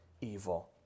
evil